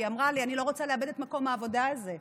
היא אמרה לי: אני לא רוצה לאבד את מקום העבודה הזה.